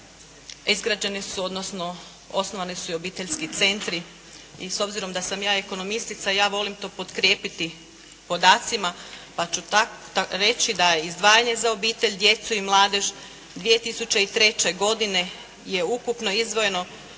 izgrađeni su, odnosno osnovani su i obiteljski centri. I s obzirom da sam ja ekonomistica, ja volim to potkrijepiti podacima pa ću reći da je izdvajanje za obitelj, djecu i mladež 2003. godine je ukupno izdvojeno